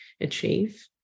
achieve